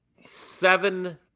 seven